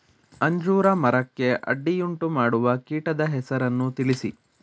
ಅಂಜೂರ ಮರಕ್ಕೆ ಅಡ್ಡಿಯುಂಟುಮಾಡುವ ಕೀಟದ ಹೆಸರನ್ನು ತಿಳಿಸಿ?